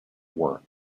work